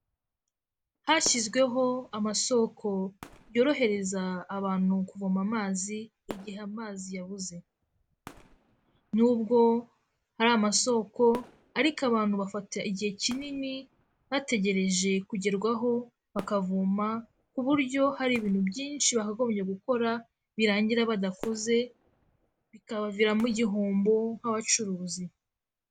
Hashyizweho amasoko yorohereza abantu kuvoma amazi, igihe amazi yabuze. Nubwo hari amasoko ariko, abantu bafata igihe kinini bategereje kugerwaho, bakavoma ku buryo hari ibintu byinshi baba bakagombye gukora birangira badakoze, bikabaviramo igihombo nk'abacuruzi.